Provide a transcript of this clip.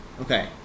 Okay